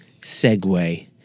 segue